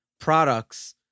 products